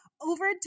over